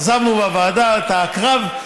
עזבנו בוועדה את הקרב.